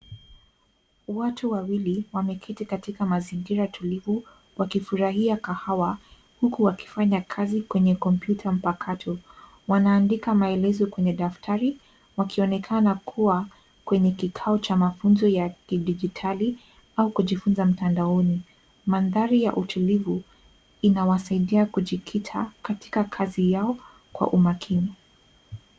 Watu wawili , wameketi katika mazingira tulivu, wakifurahia kahawa, huku wakifanya kazi kwenye kompyuta mpakato. Wanaandika maelezo kwenye daftari, wakionekana kuwa kwenye kikao cha mafunzo ya kidijitali au kujifunza mtandaoni. Mandhari ya utulivu, inawasaidia kujikita, katika kazi yao kwa umakini.